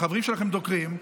החברים שלכם דוקרים,